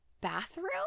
bathroom